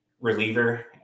reliever